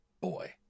boy